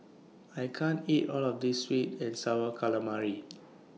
I can't eat All of This Sweet and Sour Calamari